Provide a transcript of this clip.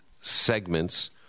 segments